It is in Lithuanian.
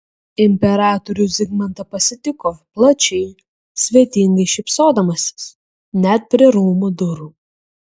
imperatorių zigmantą pasitiko plačiai svetingai šypsodamasis net prie rūmų durų